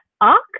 ARC